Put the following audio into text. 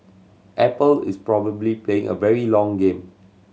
Apple is probably playing a very long game